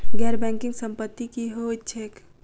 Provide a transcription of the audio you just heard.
गैर बैंकिंग संपति की होइत छैक?